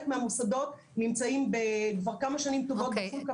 מהמוסדות נמצאים כבר כמה שנים טובות בתפוסה מלאה.